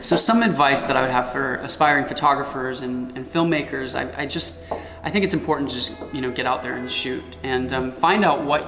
so some advice that i would have for aspiring photographers and filmmakers i just i think it's important just you know get out there and shoot and find out what